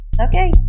Okay